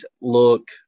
look